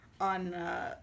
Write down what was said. on